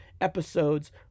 episodes